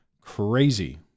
crazy